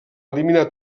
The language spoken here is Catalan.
eliminar